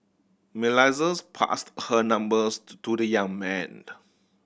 passed her numbers to the young man